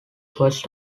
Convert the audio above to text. first